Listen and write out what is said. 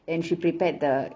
and she prepared the